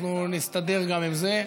נסתדר גם עם זה.